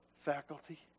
faculty